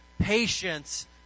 patience